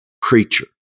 creature